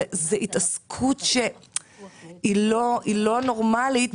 זאת התעסקות שהיא לא נורמאלית,